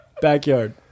backyard